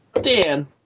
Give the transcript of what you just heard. Dan